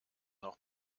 noch